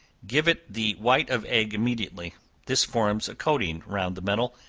give it the white of egg immediately this forms a coating round the metal,